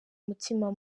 mutima